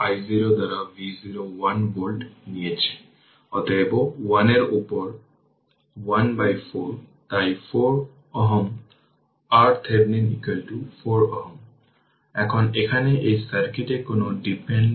সুতরাং এখানে সক্ষম কিছুই নেই এবং এই 4 অ্যাম্পিয়ার সবই এভাবে প্রবাহিত হবে এটি একটি শর্ট সার্কিট লুপে থাকবে